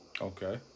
Okay